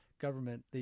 government